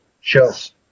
shows